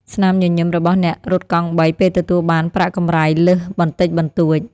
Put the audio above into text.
ស្នាមញញឹមរបស់អ្នករត់កង់បីពេលទទួលបានប្រាក់កម្រៃលើសបន្តិចបន្តួច។